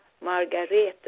Margareta